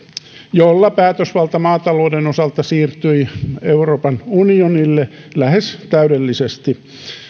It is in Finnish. jolla päätösvalta maatalouden osalta siirtyi euroopan unionille lähes täydellisesti